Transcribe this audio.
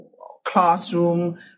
classroom